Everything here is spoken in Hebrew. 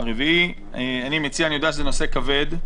אני יודע שזה נוסף כבד,